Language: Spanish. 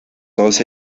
todos